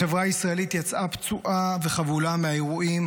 החברה הישראלית יצאה פצועה וחבולה מהאירועים,